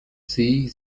sie